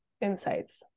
insights